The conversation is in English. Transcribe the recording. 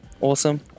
Awesome